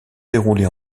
déroulés